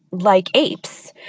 like apes.